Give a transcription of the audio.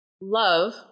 love